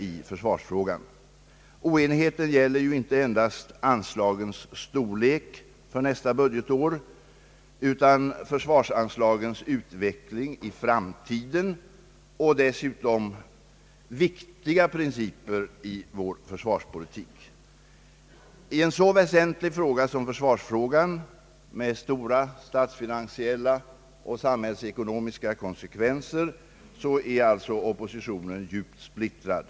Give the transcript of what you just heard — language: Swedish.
Oenigheten gäller ju inte endast anslagens storlek för nästa budgetår utan försvarsanslagens utveckling i framtiden och dessutom viktiga principer i vår försvarspolitik. När det gäller ett så väsentligt spörsmål som försvarsfrågan, med stora statsfinansiella och samhällsekonomiska konsekvenser, är alltså oppositionen djupt splittrad.